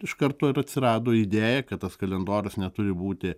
iš karto ir atsirado idėja kad tas kalendorius neturi būti